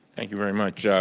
thank you very much.